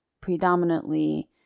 predominantly